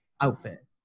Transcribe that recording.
outfit